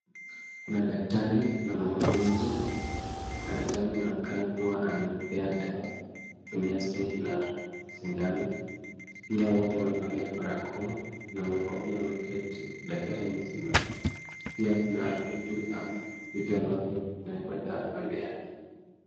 Kuna daktari na mama mmoja na daktari anaoneka kuwa anampea dawa kutumia syringe na sindano. Pia wote wamevalia barakoa na mama huyu ameketi daktari amesimama. Pia kuna vitu ama vitu ambavyo zimewekwa kando yake.